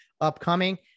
upcoming